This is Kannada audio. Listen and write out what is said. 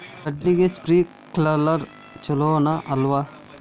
ಕಡ್ಲಿಗೆ ಸ್ಪ್ರಿಂಕ್ಲರ್ ಛಲೋನೋ ಅಲ್ವೋ?